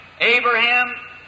Abraham